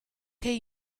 che